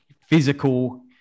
physical